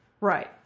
Right